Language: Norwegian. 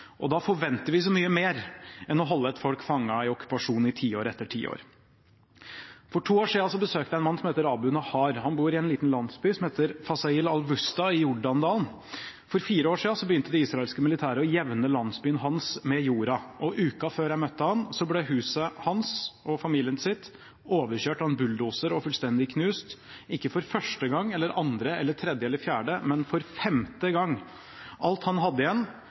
Og da forventer vi så mye mer enn å holde et folk fanget i okkupasjon i tiår etter tiår. For to år siden besøkte jeg en mann som heter Abu Nahar. Han bor i en liten landsby som heter Fasayil Al-Wusta i Jordandalen. For fire år siden begynte det israelske militæret å jevne landsbyen hans med jorda. Og uka før jeg møtte ham, ble hans og familiens hus overkjørt av en bulldoser og fullstendig knust – ikke for første gang eller andre eller tredje eller fjerde, men for femte gang. Alt han hadde igjen,